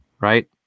right